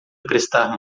prestar